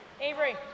Avery